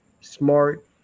smart